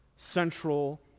central